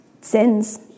Sins